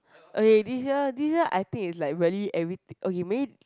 okay this year this year I think it's like really every okay may